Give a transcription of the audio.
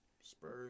Spurs